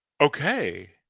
okay